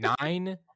nine